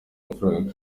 amafaranga